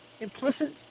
implicit